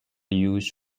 used